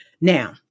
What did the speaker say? Now